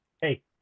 hey